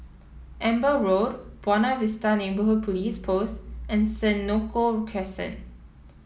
Amber Road Buona Vista Neighbourhood Police Post and Senoko Crescent